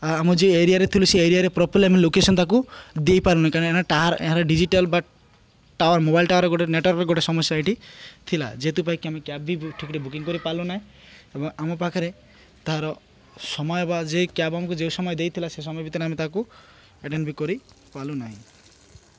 ଆମ ଯେ ଏରିଆରେ ଥିଲୁ ସେ ଏରିଆରେ ପ୍ରପର୍ ଆମେ ଲୋକେସନ୍ ତାକୁ ଦେଇପାରୁନି ଡିଜିଟାଲ୍ ବା ଟୱାର୍ ମୋବାଇଲ୍ ଟାୱାର୍ ଗୋଟେ ନେଟୱାର୍କରେ ଗୋଟେ ସମସ୍ୟା ଏଇଠି ଥିଲା ଯେହେତୁ ପାଇଁ ଆମେ କ୍ୟାବ୍ ବି ଠିକ୍ରେ ବୁକିଂ କରିପାରିଲୁ ନାହିଁ ଏବଂ ଆମ ପାଖରେ ତାହାର ସମୟ ବା ଯେ କ୍ୟାବ୍ ଆମକୁ ଯେଉଁ ସମୟ ଦେଇଥିଲା ସେ ସମୟ ଭିତରେ ଆମେ ତାକୁ ଆଟେଣ୍ଡ୍ ବି ପାରିଲୁ ନାହିଁ